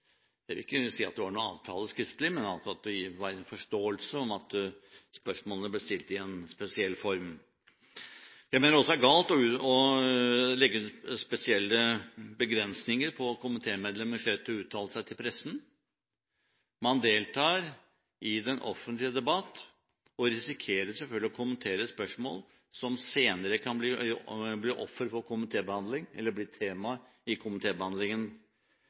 forsiktig. Jeg vil ikke si at det var noen skriftlig avtale, men at det var en forståelse om at spørsmålene ble stilt i en spesiell form. Jeg mener også det er galt å legge spesielle begrensninger på komitémedlemmers rett til å uttale seg til pressen. Man deltar i den offentlige debatt og risikerer selvfølgelig å kommentere spørsmål som senere kan bli offer for komitébehandling, eller bli tema i